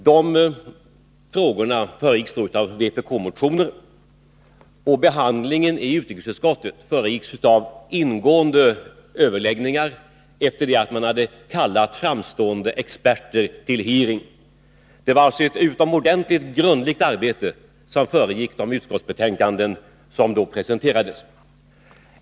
De frågorna föregicks av vpk-motioner, och behandlingen i utrikesutskottet föregicks av ingående överläggningar efter det att man hade kallat framstående experter till hearing. Det var alltså ett utomordentligt arbete som utgjorde underlag för det utskottsbetänkande som då presenterades.